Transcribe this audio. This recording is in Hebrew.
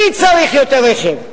מי צריך יותר רכב?